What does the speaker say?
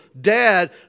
dad